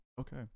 okay